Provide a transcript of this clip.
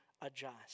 adjust